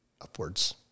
upwards